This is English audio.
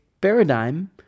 paradigm